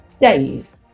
days